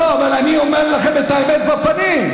לא, אבל אני אומר לכם את האמת בפנים.